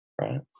right